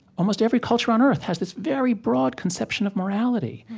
almost every culture on earth has this very broad conception of morality,